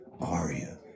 Aria